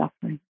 suffering